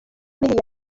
biriya